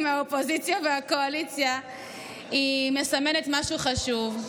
מהאופוזיציה והקואליציה מסמלת משהו חשוב.